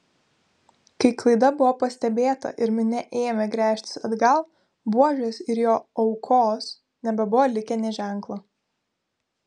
kai klaida buvo pastebėta ir minia ėmė gręžtis atgal buožės ir jo aukos nebebuvo likę nė ženklo